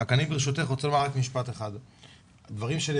רק אני ברשותך,